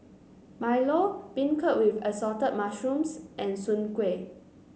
Milo beancurd with Assorted Mushrooms and Soon Kuih